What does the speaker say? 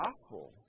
Gospel